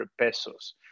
pesos